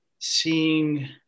seeing